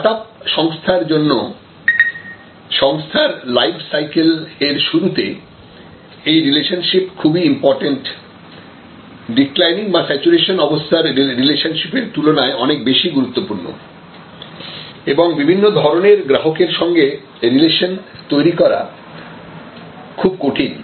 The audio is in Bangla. স্টার্টআপ সংস্থার জন্য সংস্থার লাইফ সাইকেল এর শুরুতে এই রিলেশনশিপ খুবই ইম্পর্ট্যান্ট ডিক্লাইনিং বা স্যাচুরেশন অবস্থার রিলেশনশিপ এর তুলনায় অনেক বেশি গুরুত্বপূর্ণ এবং বিভিন্ন ধরনের গ্রাহকের সঙ্গে রিলেশন তৈরি করা খুব কঠিন